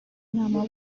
nama